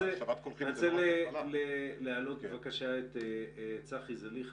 אני רוצה להעלות בבקשה את צחי זליכה,